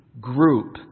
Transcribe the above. group